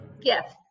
Yes